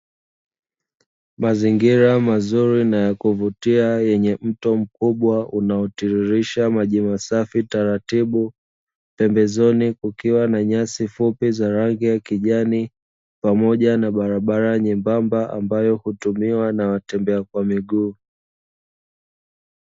Mazingira mazuri na ya kuvutia yenye mto mkubwa unaotiririsha maji masafi taratibu, pembezoni kukiwa na nyasi fupi za rangi ya kijani, pamoja na barabara nyembamba ambayo hutumiwa na watembea kwa miguu.